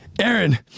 Aaron